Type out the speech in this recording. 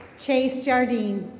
chase jardeen.